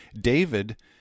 David